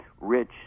rich